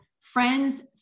friends